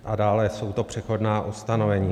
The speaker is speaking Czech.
A dále jsou to přechodná ustanovení.